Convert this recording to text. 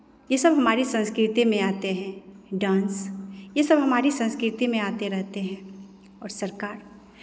ये सब हमारी संस्कृति में आते हैं डांस ये सब हमारी संस्कृति में आते रहते हैं और सरकार